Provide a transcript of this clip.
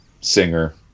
singer